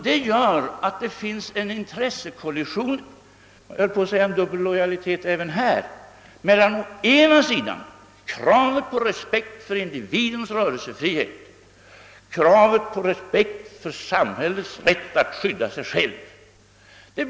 Det gör att här föreligger en intressekonflikt — jag höll på att säga en dubbel lojalitet — även här mellan å ena sidan kravet på respekt för individens frihet och å andra sidan kravet på respekt för samhällets rätt att skydda sig självt.